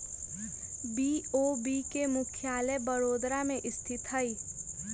BOB के मुख्यालय बड़ोदरा में स्थित हइ